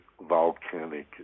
volcanic